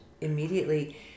immediately